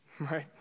right